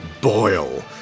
boil